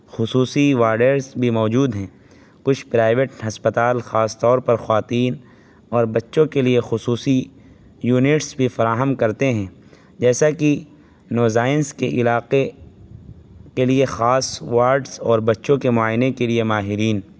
خصوصی بھی موجود ہیں کچھ پرائیویٹ ہسپتال خاص طور پر خواتین اور بچوں کے لیے خصوصی یونٹس بھی فراہم کرتے ہیں جیسا کہ نوزائنس کے علاقے کے لیے خاص وارڈز اور بچوں کے معائنے کے لیے ماہرین